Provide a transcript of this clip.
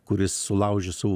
kuris sulaužė savų